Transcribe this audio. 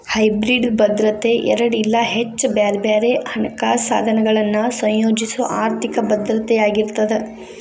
hybrid ಭದ್ರತೆ ಎರಡ ಇಲ್ಲಾ ಹೆಚ್ಚ ಬ್ಯಾರೆ ಬ್ಯಾರೆ ಹಣಕಾಸ ಸಾಧನಗಳನ್ನ ಸಂಯೋಜಿಸೊ ಆರ್ಥಿಕ ಭದ್ರತೆಯಾಗಿರ್ತದ